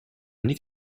niet